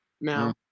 Now